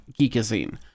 geekazine